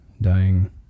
dying